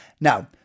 Now